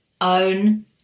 own